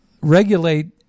regulate